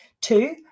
Two